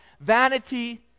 vanity